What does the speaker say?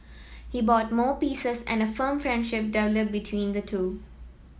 he bought more pieces and a firm friendship developed between the two